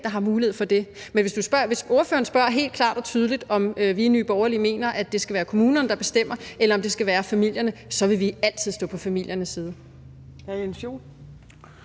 der har mulighed for det. Hvis ordføreren spørger helt klart og tydeligt, om vi i Nye Borgerlige mener, at det skal være kommunerne, der bestemmer, eller om det skal være familierne, må jeg sige, at så vil vi altid stå på familiernes side.